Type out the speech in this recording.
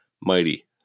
mighty